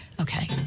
Okay